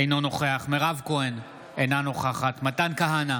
אינו נוכח מירב כהן, אינה נוכחת מתן כהנא,